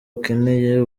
akeneye